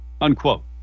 Unquote